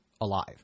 alive